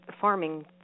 farming